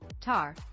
Tar